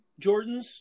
Jordans